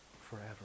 forever